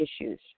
issues